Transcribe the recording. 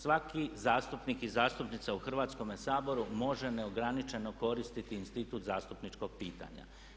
Svaki zastupnik i zastupnica u Hrvatskome saboru može neograničeno koristiti institut zastupničkog pitanja.